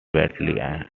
widely